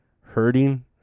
hurting